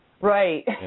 Right